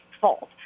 fault